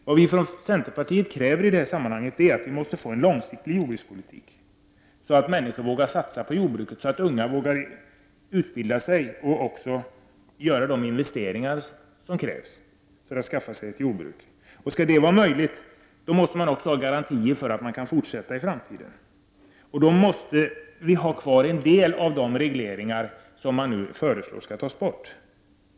Vad vi från centerpartiet kräver i detta sammanhang är att vi får en långsiktig jordbrukspolitik, så att människor vågar satsa på jordbruk, så att unga vågar utbilda sig och göra de investeringar som krävs för att skaffa sig ett jordbruk. Om det skall vara möjligt måste man ha garantier för att man kan fortsätta i framtiden. Då måste vi ha kvar en del av de regleringar som det nu föreslås att vi skall ta bort.